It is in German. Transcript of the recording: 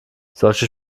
solche